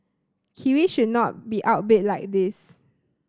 kiwis should not be outbid like this